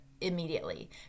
immediately